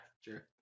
sure